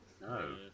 No